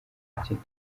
kubyina